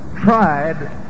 tried